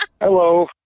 Hello